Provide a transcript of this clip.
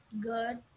Good